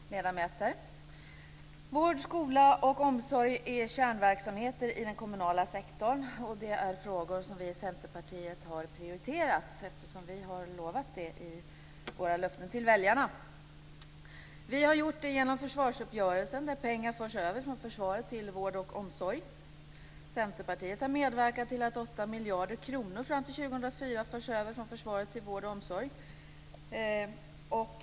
Fru talman! Ledamöter! Vård, skola och omsorg är kärnverksamheter i den kommunala sektorn. Det är frågor som vi i Centerpartiet har prioriterat eftersom vi har lovat det i våra löften till väljarna. Vi har gjort det genom försvarsuppgörelsen där pengar förs över från försvaret till vård och omsorg. Centerpartiet har medverkat till att 8 miljarder kronor fram till 2004 förs över från försvaret till vård och omsorg.